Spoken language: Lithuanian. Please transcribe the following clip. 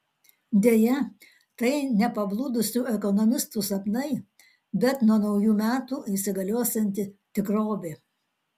deja tai ne pablūdusių ekonomistų sapnai bet nuo naujų metų įsigaliosianti tikrovė